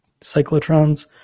cyclotrons